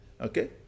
okay